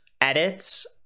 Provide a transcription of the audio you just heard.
edits